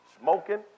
smoking